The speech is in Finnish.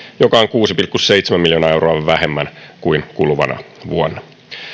joka on kuusi pilkku seitsemän miljoonaa euroa vähemmän kuin kuluvana vuonna